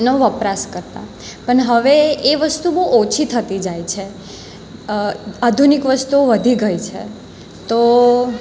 એનો વપરાશ કરતા પણ હવે એ વસ્તુ બહુ ઓછી થતી જાય છે આધુનિક વસ્તુઓ વધી ગઈ છે તો